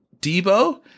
Debo